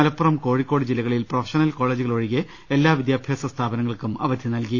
മലപ്പുറം കോഴിക്കോട് ജില്ലകളിൽ പ്രൊഫഷണൽ കോളേജു കൾ ഒഴികെ എല്ലാ വിദ്യാഭ്യാസ സ്ഥാപനങ്ങൾക്കും അവധി നൽകി